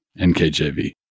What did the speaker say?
NKJV